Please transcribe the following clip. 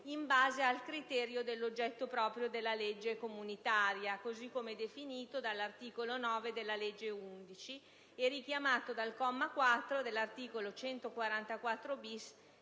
in base al criterio dell'oggetto proprio della legge comunitaria, così come definito dall'articolo 9 della legge n. 11 del 2005 e richiamato dal comma 4 dell'articolo 144-*bis*